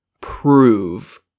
prove